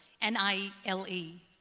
N-I-L-E